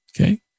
Okay